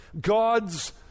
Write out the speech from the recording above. God's